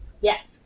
yes